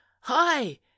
Hi